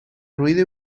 ruido